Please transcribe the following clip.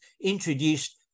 introduced